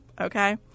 okay